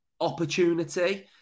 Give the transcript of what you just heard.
opportunity